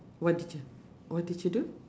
what did you what did you do